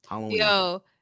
yo